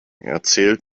erzählt